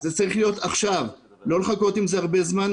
זה צריך להיות עכשיו ולא לחכות עם זה הרבה זמן.